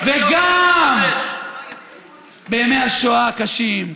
וגם בימי השואה הקשים,